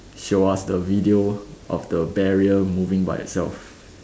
show us the video of the barrier moving by itself